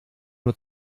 nur